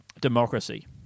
democracy